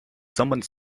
someone